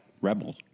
Rebels